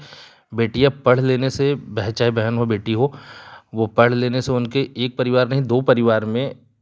बेटियाँ पढ़ लेने से वह चाहे बहन व बेटी हो वे पढ़ लेने से उनके एक परिवार नहीं दो परिवार में